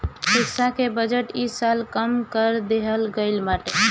शिक्षा के बजट इ साल कम कर देहल गईल बाटे